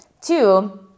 Two